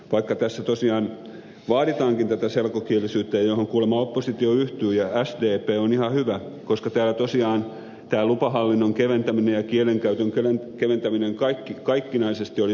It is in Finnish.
vaikka tässä tosiaan vaaditaankin tätä selkokielisyyttä johon kuulema oppositio ja sdp yhtyvät ihan hyvä koska täällä tosiaan tämä lupahallinnon keventäminen ja kielenkäytön keventäminen kaikkinaisesti olisi hyvä